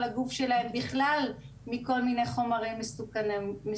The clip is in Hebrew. הגוף שלהם בכלל מכל מיני חומרים מסוכנים.